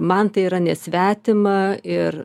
man tai yra nesvetima ir